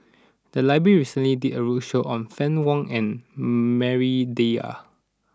the library recently did a roadshow on Fann Wong and Maria Dyer